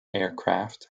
aircraft